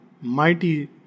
mighty